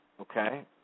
okay